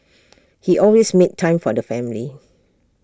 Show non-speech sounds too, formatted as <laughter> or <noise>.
<noise> he always made time for the family